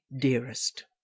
dearest